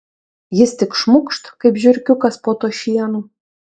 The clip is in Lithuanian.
jis tik šmukšt kaip žiurkiukas po tuo šienu